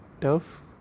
tough